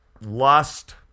lust